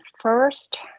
first